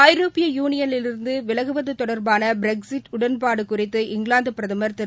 ஐரோப்பிய யூனியனிலிருந்து விலகுவது தொடர்பான ப்ரெக்சிட் உடன்பாடு குறித்து இங்கிலாந்து பிரதமா திரு